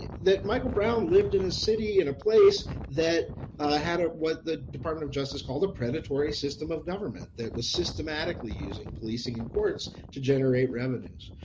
that michael brown lived in a city and that had ah what the department of justice called a predatory system of government that was systematically using policing and courts to generate revenues.